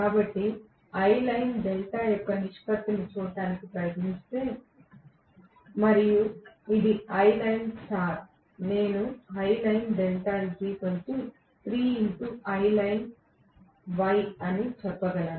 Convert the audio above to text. కాబట్టి Iline delta యొక్క నిష్పత్తిని చూడటానికి ప్రయత్నిస్తే మరియు ఇది Ilinestar నేను చెప్పగలను